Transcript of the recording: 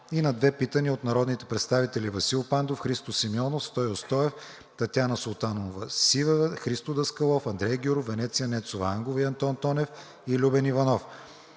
и на две питания от народните представители Васил Пандов, Христо Сименов, Стою Стоев, Татяна Султанова-Сивева, Христо Даскалов, Андрей Гюров, Венеция Нецова-Ангова, Антон Тонев и Любен Иванов;